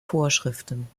vorschriften